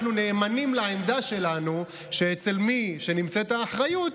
אנחנו נאמנים לעמדה שלנו שאצל מי שנמצאת האחריות,